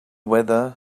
weather